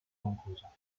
conclusa